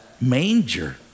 manger